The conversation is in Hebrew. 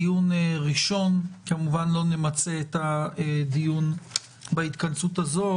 התשפ"א 2021. כמובן שלא נמצה את הדיון בהתכנסות הזאת,